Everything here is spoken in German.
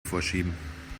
vorschieben